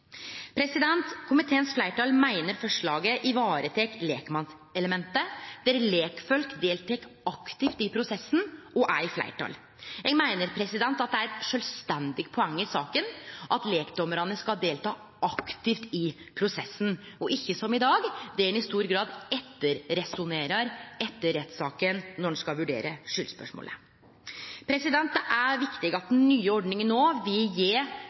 ytterpunkta. Komiteens fleirtal meiner forslaget varetek lekmannselementet, der lekfolk deltek aktivt i prosessen og er i fleirtal. Eg meiner at det er eit sjølvstendig poeng i saka at lekdommarane skal delta aktivt i prosessen, og ikkje som i dag der ein i stor grad «etter-resonnerer» etter rettssaka når ein skal vurdere skuldspørsmålet. Det er viktig at den nye ordninga nå vil